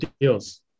deals